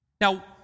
Now